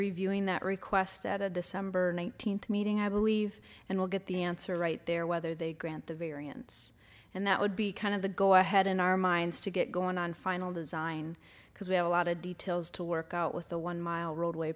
reviewing that request at a december nineteenth meeting i believe and we'll get the answer right there whether they grant the variance and that would be kind of the go ahead in our minds to get going on final design because we have a lot of details to work out with the one mile roadway